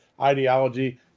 ideology